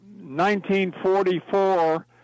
1944